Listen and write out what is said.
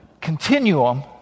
continuum